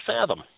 fathom